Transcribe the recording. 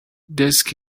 disk